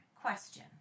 question